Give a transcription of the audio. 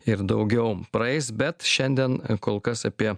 ir daugiau praeis bet šiandien kol kas apie